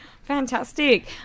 Fantastic